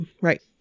Right